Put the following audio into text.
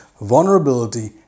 vulnerability